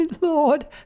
Lord